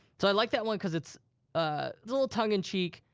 so i like that one cause it's a little tongue-in-cheek.